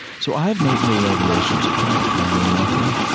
so i have no no revelations at all. i know nothing.